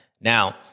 Now